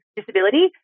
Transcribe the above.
disability